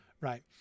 Right